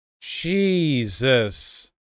Jesus